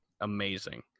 Amazing